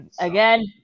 Again